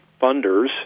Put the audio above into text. funders